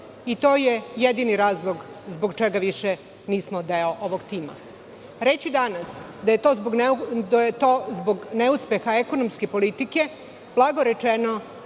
i to je jedini razlog zbog čega više nismo deo ovog tima. Reći danas da je to zbog neuspeha ekonomske politike blago rečeno